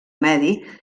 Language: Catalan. medi